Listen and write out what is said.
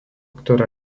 ktorá